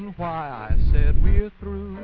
and why i said we're through